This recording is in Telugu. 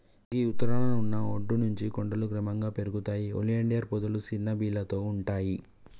గీ ఉత్తరాన ఉన్న ఒడ్డు నుంచి కొండలు క్రమంగా పెరుగుతాయి ఒలియాండర్ పొదలు సిన్న బీలతో ఉంటాయి